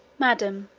madam,